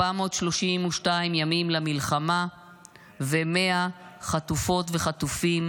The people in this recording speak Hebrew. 432 ימים למלחמה ו-100 חטופות וחטופים,